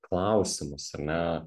klausimus ar ne